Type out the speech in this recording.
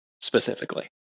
specifically